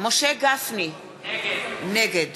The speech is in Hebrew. משה גפני, נגד